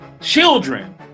children